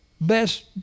best